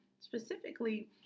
specifically